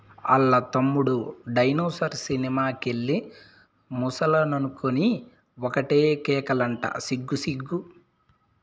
ఆల్ల తమ్ముడు dinosaur cinema కెళ్ళి ముసలనుకొని ఒకటే కేకలంట సిగ్గు సిగ్గు